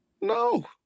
No